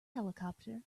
helicopter